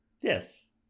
Yes